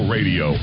Radio